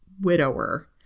widower